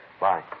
bye